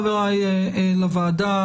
חבריי לוועדה,